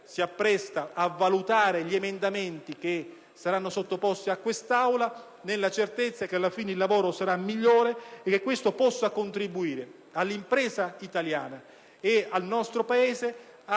si appresta a valutare gli emendamenti che saranno sottoposti a questa Assemblea, nella certezza che alla fine il lavoro sarà migliore e che ciò possa contribuire affinché l'impresa italiana e il nostro Paese